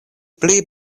pli